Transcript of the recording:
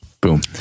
Boom